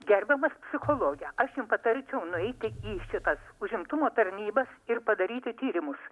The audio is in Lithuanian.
gerbiamas psichologe aš jum patarčiau nueiti į šitas užimtumo tarnybas ir padaryti tyrimus